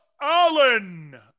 Allen